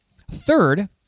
Third